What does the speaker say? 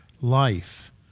life